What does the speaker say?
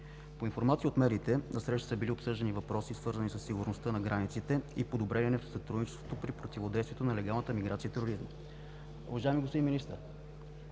По информация от медиите на срещата са били обсъждани въпроси, свързани със сигурността на границите и подобрение на сътрудничеството при противодействието на нелегалната миграция и тероризма. Уважаеми господин Министър,